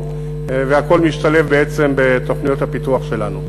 והכול משתלב בעצם בתוכניות הפיתוח שלנו.